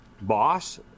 boss